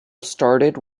started